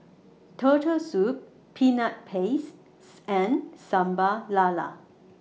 Turtle Soup Peanut Pastes and Sambal Lala